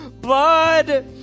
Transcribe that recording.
blood